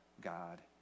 God